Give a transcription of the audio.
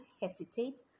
hesitate